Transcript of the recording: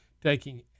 taking